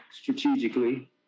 strategically